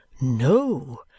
No